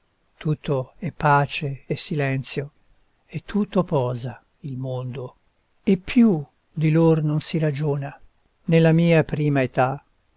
tutto è pace e silenzio e tutto posa il mondo e più di lor non si ragiona nella mia prima età